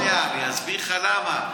רק שנייה, אני אסביר לך למה.